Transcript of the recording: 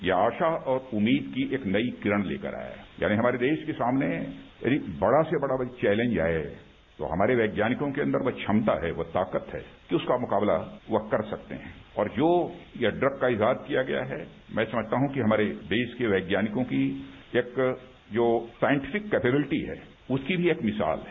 ये आशा और उम्मीद की एक नई किरण लेकर आया है यानी हमारे देश के सामने यदि बड़ा से बड़ा कोई चैलेंज आए वो हमारे वैज्ञानिकों के अंदर वो क्षमता है वो ताकत है कि उसका मुकाबला वो कर सकते हैं और जो ये इग का इजाद किया गया है मैं समझता हूं कि हमारे देश के वैज्ञानिकों की एक जो सांइटिफिक कैपेबिलिटी है उसकी भी एक मिसाल है